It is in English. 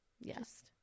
Yes